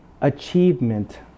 achievement